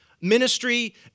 ministry